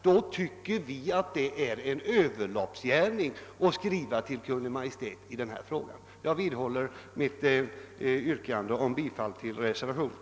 Vi tycker att det vore en överloppsgärning att under sådana omständigheter skriva till Kungl. Maj:t i denna fråga. Jag vidhåller mitt yrkande om bifall till reservationen.